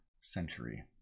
century